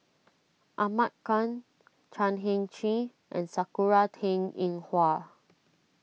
Ahmad Khan Chan Heng Chee and Sakura Teng Ying Hua